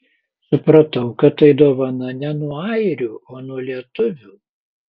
supratau kad tai dovana ne nuo airių o nuo lietuvių